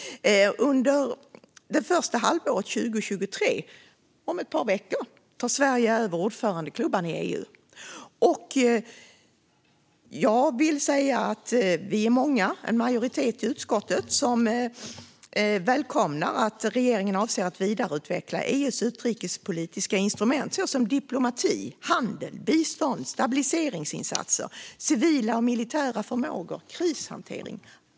Under det första halvåret 2023, om ett par veckor, tar Sverige över ordförandeklubban i EU. Vi är många, en majoritet i utskottet, som välkomnar att regeringen avser att vidareutveckla EU:s utrikespolitiska instrument såsom diplomati, handel, bistånd, stabiliseringsinsatser, civila och militära förmågor och krishantering.